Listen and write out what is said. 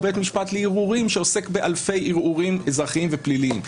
בית משפט לערעורים שעוסק באלפי ערעורים אזרחיים ופליליים.